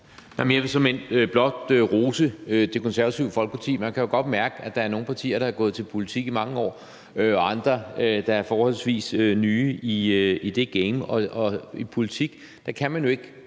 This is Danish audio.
Jeg vil såmænd blot rose Det Konservative Folkeparti. Man kan jo godt mærke, at der er nogle partier, der har gået til politik i mange år, og andre, der er forholdsvis nye i det her game, og i politik kan man jo ikke